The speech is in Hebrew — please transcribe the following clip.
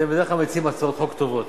אתם בדרך כלל מציעים הצעות חוק טובות,